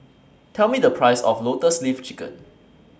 Tell Me The Price of Lotus Leaf Chicken